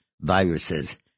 viruses